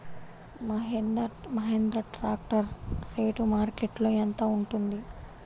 Mahindra tractor rate మార్కెట్లో యెంత ఉంటుంది?